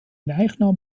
leichnam